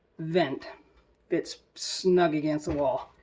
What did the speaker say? vent fits snug against the wall,